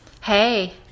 Hey